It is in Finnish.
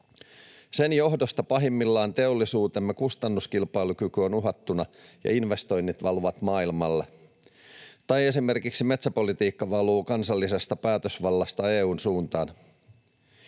Sen johdosta pahimmillaan teollisuutemme kustannuskilpailukyky on uhattuna ja investoinnit valuvat maailmalle tai esimerkiksi metsäpolitiikka valuu kansallisesta päätösvallasta EU:n suuntaan.